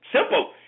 simple